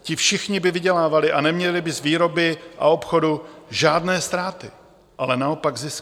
Ti všichni by vydělávali a neměli by z výroby a obchodu žádné ztráty, ale naopak zisky.